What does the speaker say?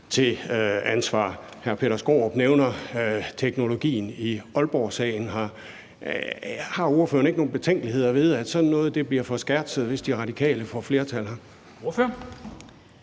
til ansvar? Hr. Peter Skaarup nævner teknologien i Aalborgsagen. Har ordføreren ikke nogle betænkeligheder ved, at sådan noget bliver forskertset, hvis De Radikale får flertal her?